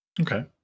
Okay